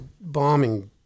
bombing